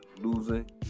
Losing